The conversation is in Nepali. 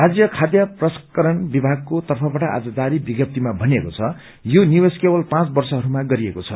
राज्य खाय प्रसंस्करण विमागको तर्फबाट आज जारी विम्नपीमा भनिएको छ यो निवेश्व केवल पाँच वर्षहरूमा गरिएको छ